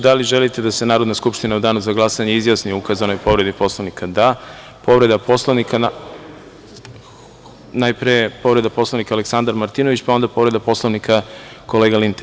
Da li želite da se Narodna skupština u danu za glasanje izjasni o ukazanoj povredi Poslovnika? (Da) Povreda Poslovnika, najpre Aleksandar Martinović, pa onda povreda Poslovnika kolega Linta.